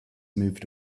moved